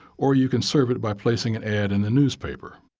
or you can serve it by placing an ad in the newspaper.